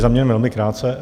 Za mě velmi krátce.